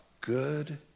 good